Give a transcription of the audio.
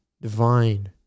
divine